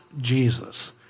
Jesus